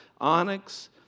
onyx